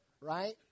right